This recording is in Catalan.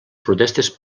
protestes